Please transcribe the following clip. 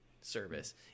service